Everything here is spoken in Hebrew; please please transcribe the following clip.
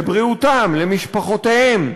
לבריאותם, למשפחותיהם.